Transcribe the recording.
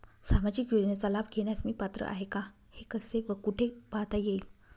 सामाजिक योजनेचा लाभ घेण्यास मी पात्र आहे का हे कसे व कुठे पाहता येईल?